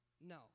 no